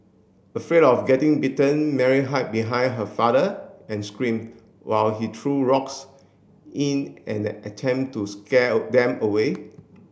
afraid of getting bitten Mary hide behind her father and screamed while he threw rocks in an attempt to scare them away